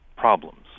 problems